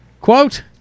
Quote